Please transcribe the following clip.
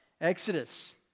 Exodus